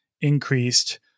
increased